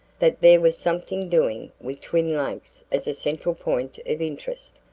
that there was something doing, with twin lakes as a central point of interest.